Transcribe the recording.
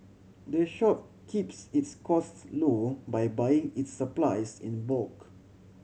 the shop keeps its costs low by buying its supplies in bulk